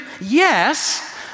Yes